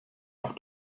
auf